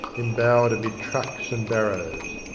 embowered amid trucks and barrows.